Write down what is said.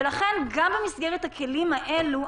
לכן גם במסגרת הכלים האלו,